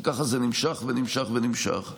ככה זה נמשך ונמשך ונמשך.